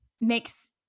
makes